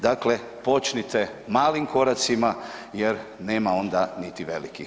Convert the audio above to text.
Dakle, počnite malim koracima jer nema onda niti velikih.